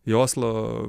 į oslo